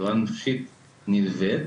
תחלואה נפשית נלווית.